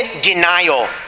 denial